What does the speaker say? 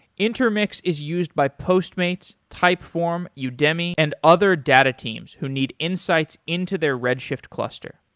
intermix is used by postmates, type form, yeah udemy and other data teams who need insights into their redshift cluster.